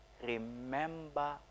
Remember